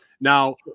Now